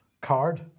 card